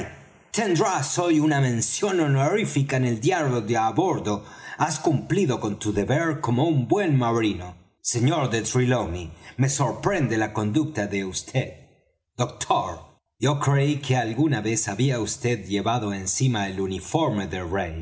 hoy una mención honorífica en el diario de á bordo has cumplido con tu deber como un buen marino sr de trelawney me sorprende la conducta de vd doctor yo creí que alguna vez había vd llevado encima el uniforme del